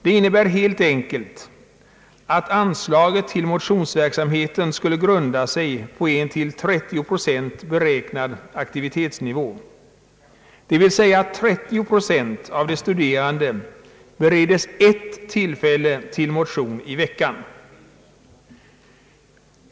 Det innebär helt enkelt att anslaget till motionsverksamheten skulle grunda sig på en till 30 procent beräknad <aktivitetsnivå, dvs. att 30 procent av de studerande beredes ett tillfälle till motion i veckan.